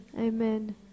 Amen